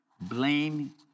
blame